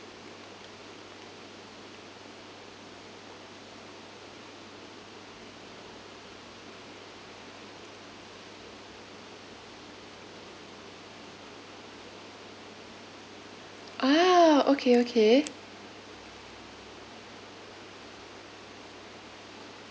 ah okay okay